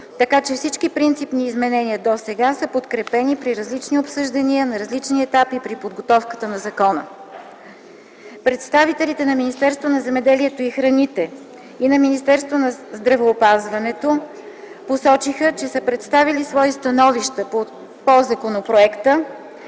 Всички принципни изменения досега са подкрепени при различни обсъждания на различни етапи при подготовката на закона. Представителите на Министерството на земеделието и храните и на Министерството на здравеопазването посочиха, че са представили свои становища по законопроекта